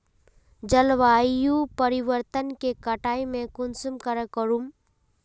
जलवायु परिवर्तन के कटाई में कुंसम करे करूम?